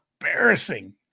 embarrassing